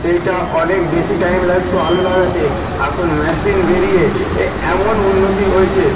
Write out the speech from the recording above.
সেইটা অনেক বেশি টাইম লাগত আলু লাগাতে এখন মেশিন বেরিয়ে এ এমন উন্নতি হয়েছে